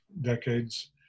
decades